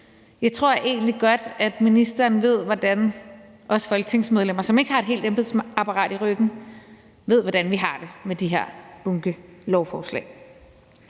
Jeg tror egentlig godt, at ministeren ved, hvordan os folketingsmedlemmer, som ikke har et helt embedsapparat i ryggen, har det med de her bunkelovforslag.